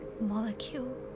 molecule